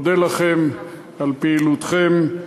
אני מודה לכם על פעילותכם.